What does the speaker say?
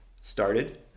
started